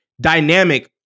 dynamic